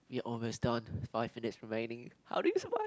you're almost done five minutes remaining how did we survive